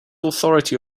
authority